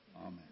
Amen